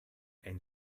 ein